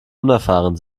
unerfahren